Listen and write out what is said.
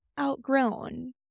outgrown